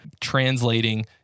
translating